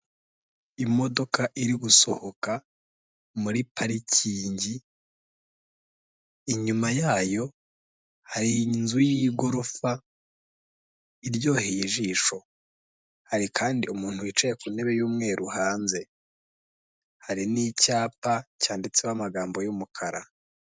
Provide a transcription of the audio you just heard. Imodoka iri gusohoka muri parikingi, inyuma yayo hari inzu y'igorofa iryoheye ijisho. Hari kandi umuntu wicaye ku ntebe y'Umweru hanze. Hari n'icyapa, cyanditseho amagambo y'umukara.